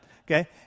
okay